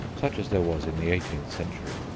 such as there was in the eighteenth century.